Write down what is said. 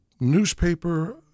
newspaper